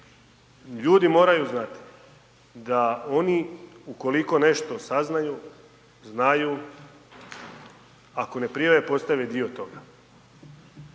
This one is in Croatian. ljudi moraju znati da oni ukoliko nešto saznaju, znaju, ako ne prijave, postaju i dio toga.